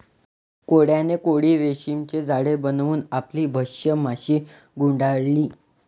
कोळ्याने कोळी रेशीमचे जाळे बनवून आपली भक्ष्य माशी गुंडाळली